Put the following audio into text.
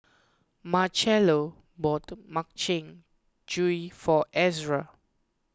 Marchello bought Makchang Gui for Ezra